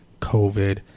covid